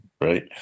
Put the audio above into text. right